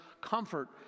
comfort